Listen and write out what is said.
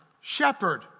shepherd